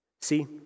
See